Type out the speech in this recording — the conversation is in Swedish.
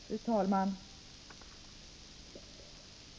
Fru talman!